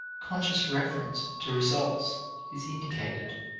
conscious reference to results is indicated.